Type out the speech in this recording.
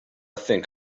think